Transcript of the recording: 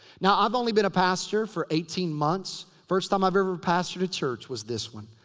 now i've only been a pastor for eighteen months. first time i've ever pastored a church was this one.